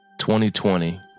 2020